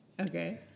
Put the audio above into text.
Okay